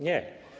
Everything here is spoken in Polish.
Nie.